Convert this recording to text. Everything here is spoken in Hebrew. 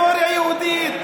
יודעים היסטוריה יהודית,